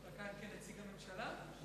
אתה עונה כנציג הממשלה?